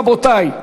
רבותי,